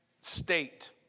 state